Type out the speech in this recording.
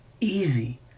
Easy